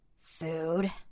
Food